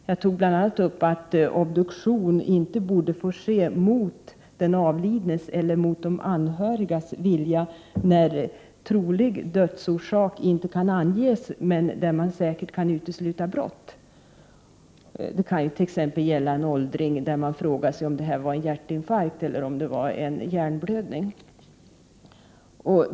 Jag nämnde bl.a. att obduktion inte borde få ske mot den avlidnes eller de anhörigas vilja när trolig dödsorsak inte kan anges men man säkert kan utesluta brott. Det kan t.ex. gälla en åldring, där valet står mellan dödsorsaken hjärtinfarkt eller hjärnblödning.